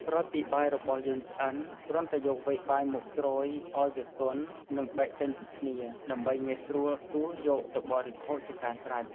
ក្រោយពីបាយរបស់យើងឆ្អិន គ្រាន់តែយកវែកបាយមកជ្រោយឱ្យវាទន់ និងបែកចេញពីគ្នា ដើម្បីងាយស្រួលដួសយកទៅបរិភោគជាការស្រេច។